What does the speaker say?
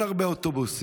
ואין הרבה אוטובוסים.